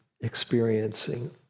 experiencing